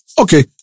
Okay